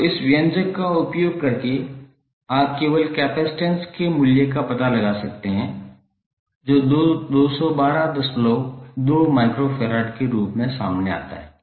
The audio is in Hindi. तो इस व्यंजक का उपयोग करके आप केवल कैपेसिटेंस के मूल्य का पता लगा सकते हैं जो 2122 माइक्रोफ़ारड के रूप में सामने आता है